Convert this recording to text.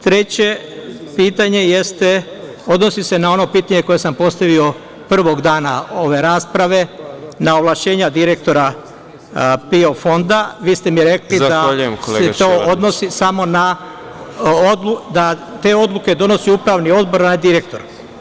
Treće pitanje se odnosi na ono pitanje koje sam postavio prvog dana ove rasprave – na ovlašćenja direktora PIO Fonda, vi ste mi rekli da se to odnosi da te odluke donosi Upravi odbor, a ne direktor?